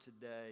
today